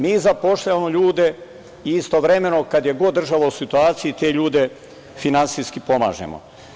Mi zapošljavamo ljude i istovremeno kad je god država u situaciji, te ljude finansijski pomažemo.